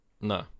No